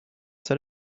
set